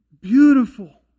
Beautiful